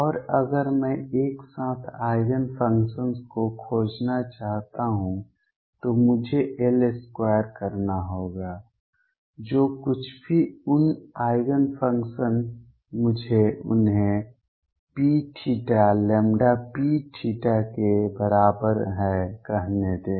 और अगर मैं एक साथ आइगेन फंक्शन्स को खोजना चाहता हूं तो मुझे L2 करना होगा जो कुछ भी उन आइगेन फंक्शन्स मुझे उन्हें Pθ λP θ के बराबर है कहने दें